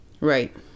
right